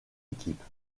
équipes